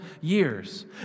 years